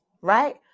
right